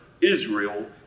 Israel